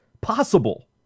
possible